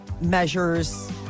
measures